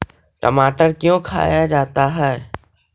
टमाटर क्यों खाया जाता है?